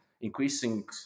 increasing